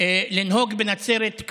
לנהוג בנצרת,